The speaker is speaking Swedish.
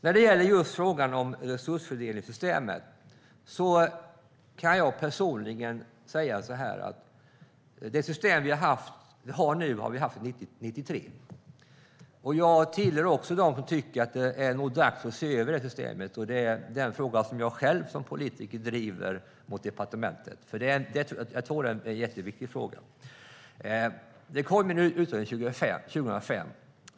När det gäller frågan om resursfördelningssystemet kan jag personligen säga så här att det system vi har nu har vi haft sedan 1993. Jag hör också till dem som tycker att det nog är dags att se över systemet, och det är en fråga jag själv som politiker driver gentemot departementet. Jag tror nämligen att det är en jätteviktig fråga. Det kom en utredning 2005.